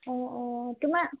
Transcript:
অ' অ' তোমাৰ